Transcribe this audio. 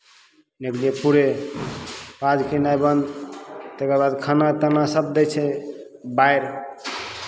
इने के लिए पूरे पाजु कयनाइ बन्द तकर बाद खाना ताना सभ दै छै बारि